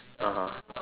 (uh huh)